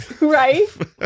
right